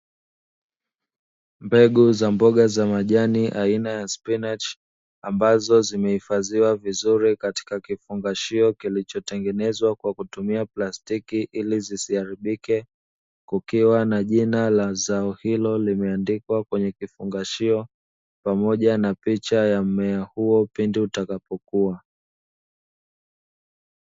Mbegu za mboga za majani aina ya spinachi ambazo zimehifadhiwa vizuri, katika kifungashio kilichotengenezwa kwa kutumia plastiki ili zisiharibike, kukiwa na jina la zao hilo; limeandikwa kwenye kifungashio pamoja na picha ya mmea huo pindi utakapokua.